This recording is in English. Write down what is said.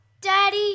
Daddy